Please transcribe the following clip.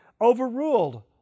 overruled